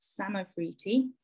samavriti